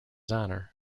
honor